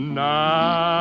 night